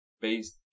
based